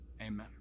Amen